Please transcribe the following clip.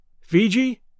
Fiji